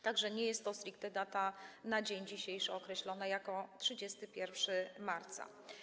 Tak że nie jest to stricte data na dzień dzisiejszy określona jako 31 marca.